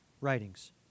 writings